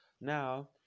now